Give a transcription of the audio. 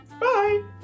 Bye